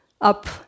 up